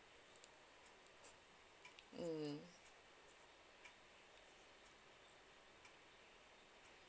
mm